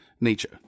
nature